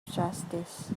justice